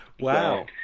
wow